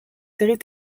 séries